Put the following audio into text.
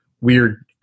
weird